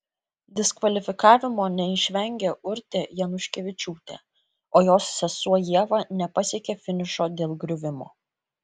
diskvalifikavimo neišvengė urtė januškevičiūtė o jos sesuo ieva nepasiekė finišo dėl griuvimo